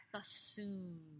Bassoon